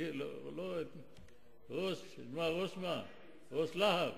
ראש להב?